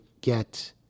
get